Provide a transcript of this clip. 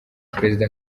perezida